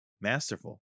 masterful